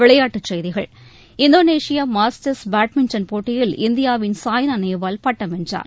விளையாட்டுச் செய்திகள் Indonesia Masters badminton போட்டியில் இந்தியாவின் சாய்னா நேவால் பட்டம் வென்றார்